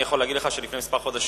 אני יכול להגיד לך שלפני כמה חודשים,